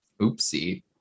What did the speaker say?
Oopsie